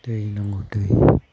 दै नांगौ दै